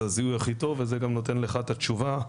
הזיהי הכי טוב וזה גם נותן לך את התשובה,